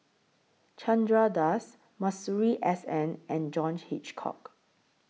Chandra Das Masuri S N and John Hitchcock